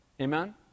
Amen